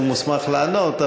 הוא מוסמך לענות.